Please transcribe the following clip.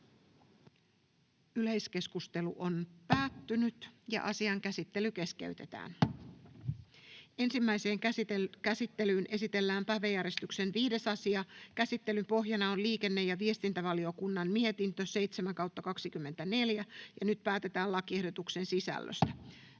annetun lain muuttamisesta Time: N/A Content: Ensimmäiseen käsittelyyn esitellään päiväjärjestyksen 5. asia. Käsittelyn pohjana on liikenne- ja viestintävaliokunnan mietintö LiVM 7/2024 vp. Nyt päätetään lakiehdotuksen sisällöstä.